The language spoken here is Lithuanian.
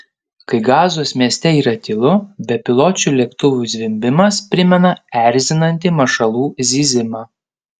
kai gazos mieste yra tylu bepiločių lėktuvų zvimbimas primena erzinantį mašalų zyzimą